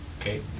Okay